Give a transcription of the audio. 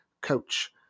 coach